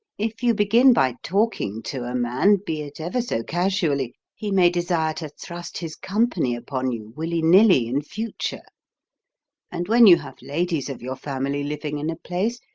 if you begin by talking to a man, be it ever so casually, he may desire to thrust his company upon you, willy-nilly, in future and when you have ladies of your family living in a place,